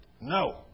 No